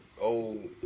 Old